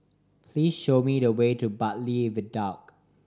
please show me the way to Bartley Viaduct